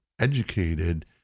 Educated